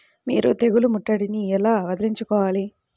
మీరు తెగులు ముట్టడిని ఎలా వదిలించుకోవాలి?